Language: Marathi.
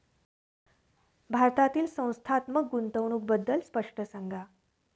भारतातील संस्थात्मक गुंतवणूक बद्दल स्पष्ट सांगा